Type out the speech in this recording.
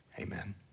amen